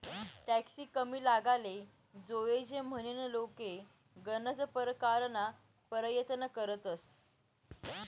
tax कमी लागाले जोयजे म्हनीन लोके गनज परकारना परयत्न करतंस